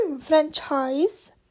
franchise